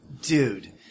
Dude